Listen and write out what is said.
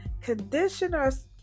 conditioners